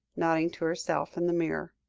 nodding to herself in the mirror.